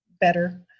better